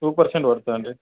two percent పడుతుందండి